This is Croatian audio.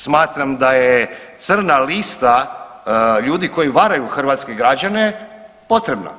Smatram da je crna lista ljudi koji varaju hrvatske građane potrebna.